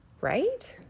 right